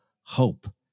hope